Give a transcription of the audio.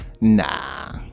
Nah